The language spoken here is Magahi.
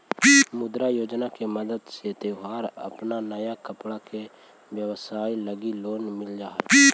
मुद्रा योजना के मदद से तोहर अपन नया कपड़ा के व्यवसाए लगी लोन मिल जा हई